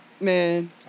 Man